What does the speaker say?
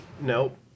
nope